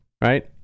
right